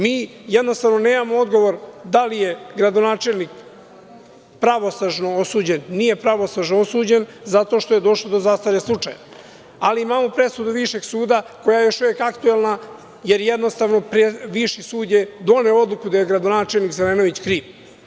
Mi jednostavno nemamo odgovor da li je gradonačelnik pravosnažno osuđen, nije pravosnažno osuđen, zato što je došlo do zastarenja slučaja, ali imamo presudu Višeg suda, koja je još uvek aktuelna, jer jednostavno Viši sud je doneo odluku da je gradonačelnik Zelenović kriv.